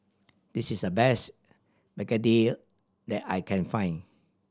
this is the best begedil that I can find